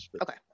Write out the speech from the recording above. Okay